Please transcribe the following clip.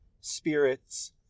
spirits